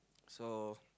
so